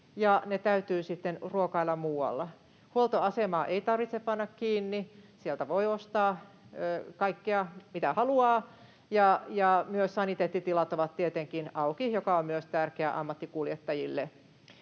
sitten ruokailla muualla. Huoltoasemaa ei tarvitse panna kiinni. Sieltä voi ostaa kaikkea, mitä haluaa, ja myös saniteettitilat ovat tietenkin auki, mikä on myös tärkeää ammattikuljettajille.